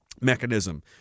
mechanism